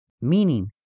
meaning